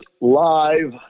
live